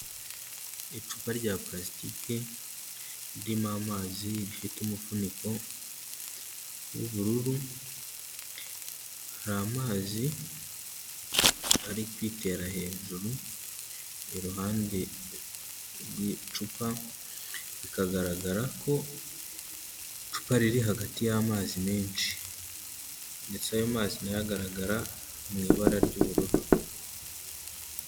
Icupa rya parasitike ririmo amazi, rifite umufuniko w'ubururu, hari amazi ari kwitera hejuru iruhande rw'icupa, bikagaragara ko icupa riri hagati y'amazi menshi ndetse ayo mazi na yo agaragara mu ibara ry'ubururu.